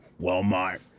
Walmart